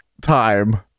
time